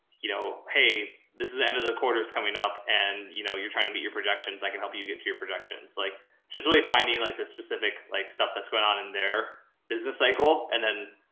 you know, hey, this is the end of the quarter is coming up. and you know, you're trying to meet your projections. i can help you get to your projections. like just really finding like the specific, like stuff that's going on in their business cycle and then,